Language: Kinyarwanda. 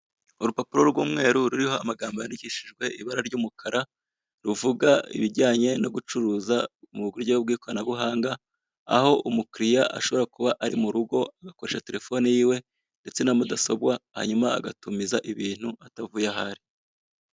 Urupapuro rw'umweru ruriho amagambo yandikishijwe ibara ry'umukara. Ruvuga ibijyanye no gucuruza mu buryo bw'ikoranabuhanga, aho umukrirya ashobora kuba ari murugo agakoresha terefone yiwe ndetse na mudsobwa; hanyuma agatumiza ibintu atavuye aho ari.